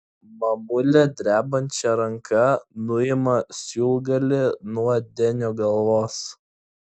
mamulė drebančia ranka nuima siūlgalį nuo denio galvos